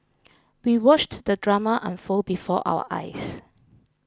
we watched the drama unfold before our eyes